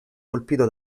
colpito